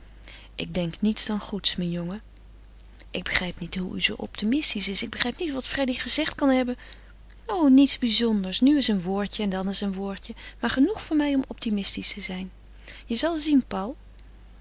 ik denk niets dan goeds mijn jongen ik begrijp niet hoe u zoo optimistisch is ik begrijp niet wat freddy gezegd kan hebben o niets bizonders nu eens een woordje en dan eens een woordje maar genoeg voor mij om optimistisch te zijn je zal zien paul